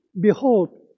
behold